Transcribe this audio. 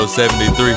73